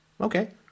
Okay